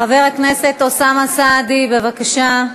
חבר הכנסת אוסאמה סעדי, בבקשה.